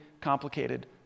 complicated